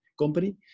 company